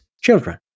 children